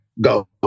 Go